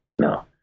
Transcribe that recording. No